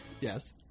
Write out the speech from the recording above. yes